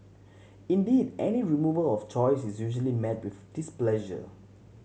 indeed any removal of choice is usually met with displeasure